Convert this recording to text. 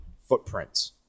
footprints